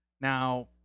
Now